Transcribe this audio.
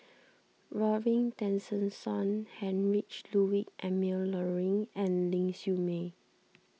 Robin Tessensohn Heinrich Ludwig Emil Luering and Ling Siew May